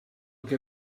que